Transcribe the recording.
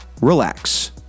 relax